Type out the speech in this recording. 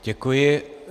Děkuji.